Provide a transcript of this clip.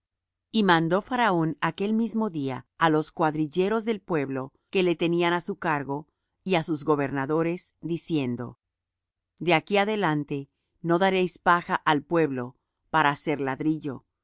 y mandó faraón aquel mismo día á los cuadrilleros del pueblo que le tenían á su cargo y á sus gobernadores diciendo de aquí adelante no daréis paja al pueblo para hacer ladrillo